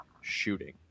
shooting